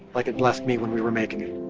like it blessed me when we were making it.